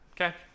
Okay